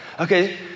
Okay